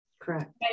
correct